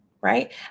Right